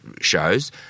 shows